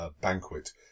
banquet